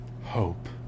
Hope